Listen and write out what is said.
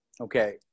Okay